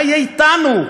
מה יהיה אתנו?